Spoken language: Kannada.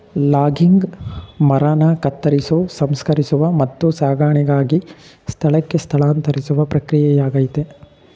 ಲಾಗಿಂಗ್ ಮರನ ಕತ್ತರಿಸೋ ಸಂಸ್ಕರಿಸುವ ಮತ್ತು ಸಾಗಣೆಗಾಗಿ ಸ್ಥಳಕ್ಕೆ ಸ್ಥಳಾಂತರಿಸುವ ಪ್ರಕ್ರಿಯೆಯಾಗಯ್ತೆ